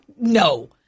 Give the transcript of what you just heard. no